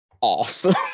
awesome